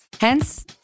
Hence